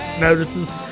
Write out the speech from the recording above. notices